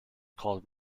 called